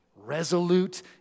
resolute